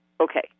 Okay